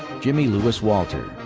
jimmy lewis walter.